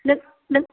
नों नों